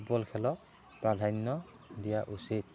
football খেলত প্ৰাধান্য দিয়া উচিত